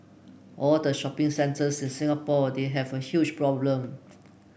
all the shopping centres in Singapore they have a huge problem